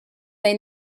they